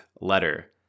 letter